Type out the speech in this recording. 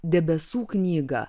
debesų knygą